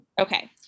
Okay